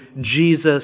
Jesus